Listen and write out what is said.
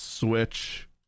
Switch